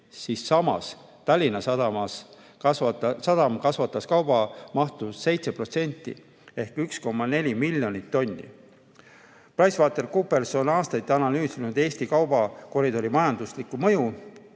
siis Tallinna Sadam kasvatas kaubaveomahtu 7% ehk 1,4 miljonit tonni. PricewaterhouseCoopers on aastaid analüüsinud Eesti kaubakoridori majanduslikku mõju